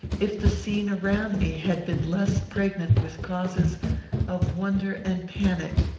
if the scene around me had been less pregnant with causes of wonder and panic.